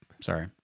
Sorry